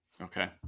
Okay